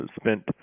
spent